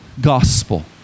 gospel